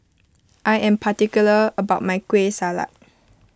I am particular about my Kueh Salat